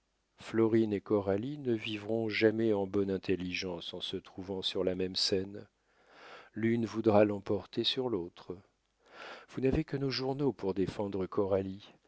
florine et coralie ne vivront jamais en bonne intelligence en se trouvant sur la même scène l'une voudra l'emporter sur l'autre vous n'avez que nos journaux pour défendre